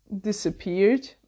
disappeared